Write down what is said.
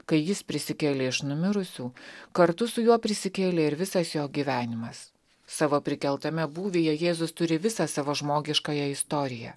kai jis prisikėlė iš numirusių kartu su juo prisikėlė ir visas jo gyvenimas savo prikeltame būvyje jėzus turi visą savo žmogiškąją istoriją